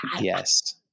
yes